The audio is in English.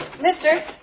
Mister